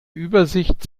übersicht